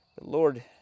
Lord